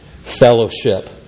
fellowship